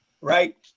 right